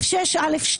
סעיף 6(א2),